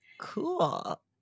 Cool